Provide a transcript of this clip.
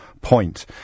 point